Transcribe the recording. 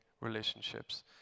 relationships